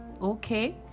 okay